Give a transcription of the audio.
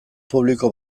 publiko